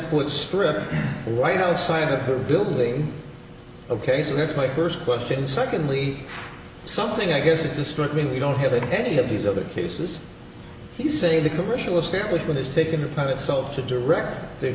foot strip right outside of her building ok so that's my first question secondly something i guess it just struck me we don't have any of these other cases you say the commercial establishment has taken upon itself to direct th